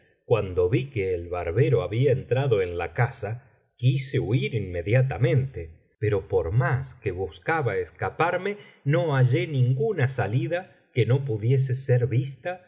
cuando vi que el barbero había entrado en la casa quise huir inmediatamente pero por más que buscaba escaparme no hallé ninguna salida que no biblioteca valenciana generalitat valenciana historia del jorobado pudiese ser vista